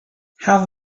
have